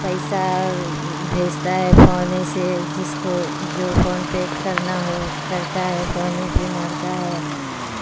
پیسہ بھیجتا ہے فونے سے جس کو جو فون پے کرنا ہو کرتا ہے فونے پے مارتا ہے